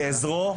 כעזרו,